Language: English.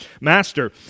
Master